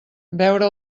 veure